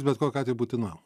bet kokiu atveju būtina